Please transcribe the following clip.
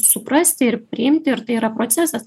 suprasti ir priimti ir tai yra procesas